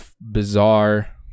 bizarre